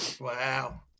Wow